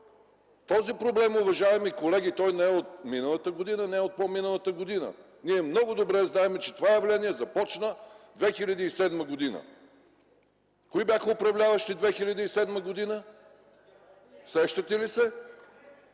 Този проблем, уважаеми колеги, не е от миналата година, не е от по-миналата година. Ние много добре знаем, че това явление започна през 2007 г. Кои бяха управляващи през 2007 г., сещате ли се?!